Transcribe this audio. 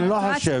אני ביקשתי.